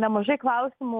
nemažai klausimų